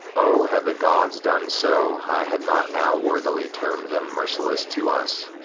o, had the gods done so, i had not now worthily term'd them merciless to us!